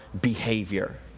behavior